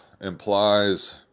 implies